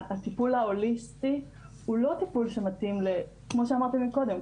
הטיפול ההוליסטי הוא לא טיפול שמתאים כמו שאמרתי מקודם,